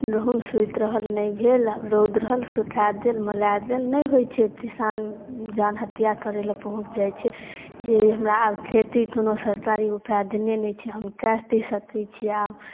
गहूम सुति रहल नहि भेल रौद रहल सुखा गेल मौला गेल नहि होइ छै किसान जान हत्या करैलए पहुँच जाइ छै जे हमरा आब खेती कोनो सरकारी उपाय देने नहि छै हम कऽ कि सकै छी आब